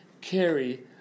carry